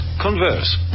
converse